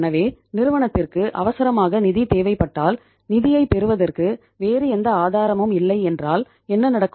எனவே நிறுவனத்திற்கு அவசரமாக நிதி தேவைப்பட்டால் நிதியைப் பெறுவதற்கு வேறு எந்த ஆதாரமும் இல்லை என்றால் என்ன நடக்கும்